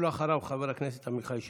אחריו, חבר הכנסת עמיחי שקלי.